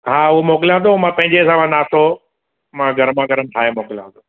हां उहो मोकिलियांव थो मां पंहिंजे हिसाब सां नास्तो मां गरमा गरम ठाहे मोकिलियांव थो